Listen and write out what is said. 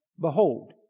Behold